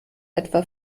etwa